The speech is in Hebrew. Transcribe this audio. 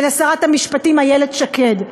ולשרת המשפטים איילת שקד,